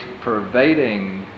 pervading